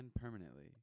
permanently